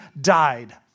died